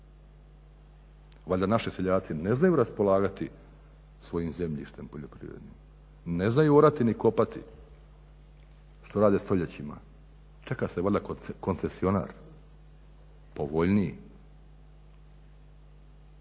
Valjda naši seljaci ne znaju raspolagati svojim zemljištem u poljoprivredi, ne znaju orati ni kopati što rade stoljećima. Čeka se valjda koncesionar povoljniji.